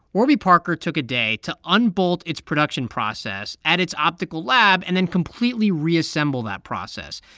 warby parker took a day to unbolt its production process at its optical lab and then completely reassemble that process.